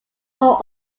four